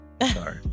sorry